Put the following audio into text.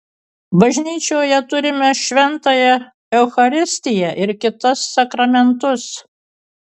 bažnyčioje turime šventąją eucharistiją ir kitus sakramentus